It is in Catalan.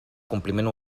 compliment